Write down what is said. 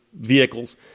vehicles